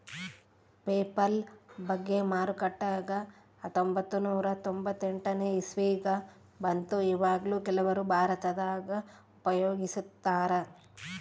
PayPal ಬಗ್ಗೆ ಮಾರುಕಟ್ಟೆಗ ಹತ್ತೊಂಭತ್ತು ನೂರ ತೊಂಬತ್ತೆಂಟನೇ ಇಸವಿಗ ಬಂತು ಈವಗ್ಲೂ ಕೆಲವರು ಭಾರತದಗ ಉಪಯೋಗಿಸ್ತರಾ